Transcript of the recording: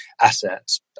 assets